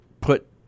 put